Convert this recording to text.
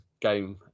game